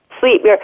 sleep